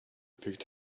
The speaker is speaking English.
pick